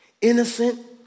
innocent